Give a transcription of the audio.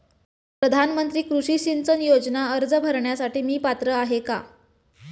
प्रधानमंत्री कृषी सिंचन योजना अर्ज भरण्यासाठी मी पात्र आहे का?